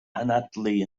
anadlu